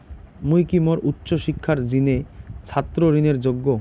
মুই কি মোর উচ্চ শিক্ষার জিনে ছাত্র ঋণের যোগ্য?